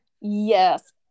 yes